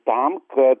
tam kad